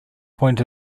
point